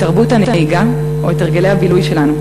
את תרבות הנהיגה או את הרגלי הבילוי שלנו.